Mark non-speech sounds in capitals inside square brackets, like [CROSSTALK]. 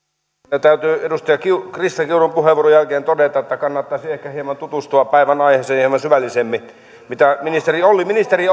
kyllä täytyy edustaja krista kiurun puheenvuoron jälkeen todeta että kannattaisi ehkä tutustua päivän aiheeseen hieman syvällisemmin ministeri olli ministeri [UNINTELLIGIBLE]